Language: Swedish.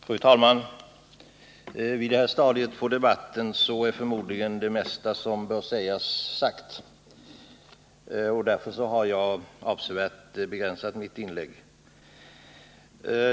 Fru talman! På detta stadium av debatten är förmodligen det mesta som bör sägas sagt, och därför skall jag avsevärt begränsa mitt inlägg.